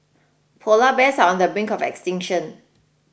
Polar Bears are on the brink of extinction